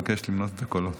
אבקש למנות את הקולות.